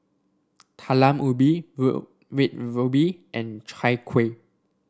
Talam Ubi ruby Red Ruby and Chai Kuih